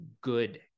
good